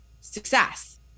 success